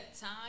Time